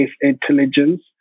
intelligence